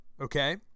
okay